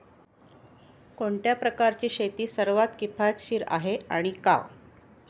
कोणत्या प्रकारची शेती सर्वात किफायतशीर आहे आणि का?